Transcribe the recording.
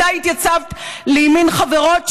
מתי התייצבת לימין חברות שלך?